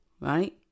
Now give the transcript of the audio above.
right